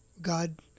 God